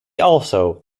also